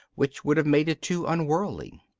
which would have made it too unworldly.